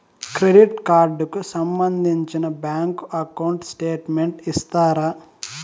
Credit card కు సంబంధించిన bank account statement ఇస్తారా?